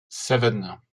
seven